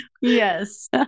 Yes